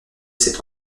cet